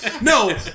No